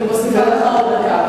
אני מוסיפה לך עוד דקה.